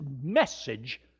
message